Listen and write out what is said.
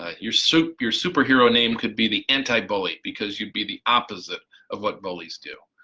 ah your so your superhero name could be the anti-bully because you'd be the opposite of what bullies do,